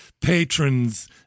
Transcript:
patrons